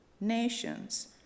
nations